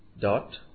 dot